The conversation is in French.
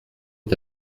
est